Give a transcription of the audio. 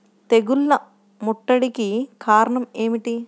తెగుళ్ల ముట్టడికి కారణం ఏమిటి?